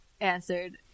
answered